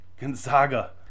gonzaga